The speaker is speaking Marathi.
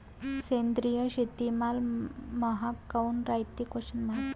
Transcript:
सेंद्रिय शेतीमाल महाग काऊन रायते?